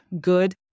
good